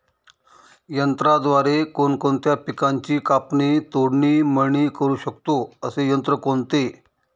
यंत्राद्वारे कोणकोणत्या पिकांची कापणी, तोडणी, मळणी करु शकतो, असे यंत्र कोणते?